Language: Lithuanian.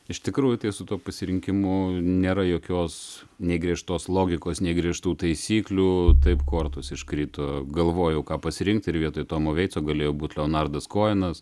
iš tikrųjų tai su tuo pasirinkimu nėra jokios nei griežtos logikos nei griežtų taisyklių taip kortos iškrito galvojau ką pasirinkti ir vietoj tomo vaitso galėjo būti leonardas koenas